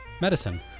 medicine